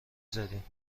زدیم